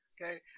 okay